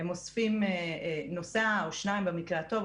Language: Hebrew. הם אוספים נוסע או שניים במקרה הטוב,